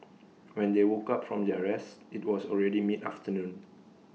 when they woke up from their rest IT was already mid afternoon